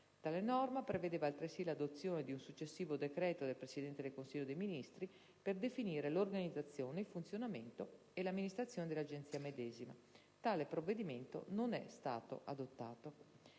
Tale norma prevedeva, altresì, l'adozione di un successivo decreto del Presidente del Consiglio dei ministri per definire l'organizzazione, il funzionamento e l'amministrazione dell'Agenzia medesima; tale provvedimento non è stato adottato.